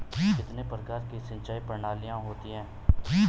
कितने प्रकार की सिंचाई प्रणालियों होती हैं?